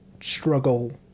struggle